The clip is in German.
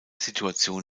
situation